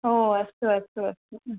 हो अस्तु अस्तु अस्तु